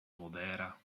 modera